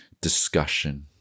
discussion